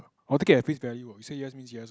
or take it at face value ah say yes means yes ah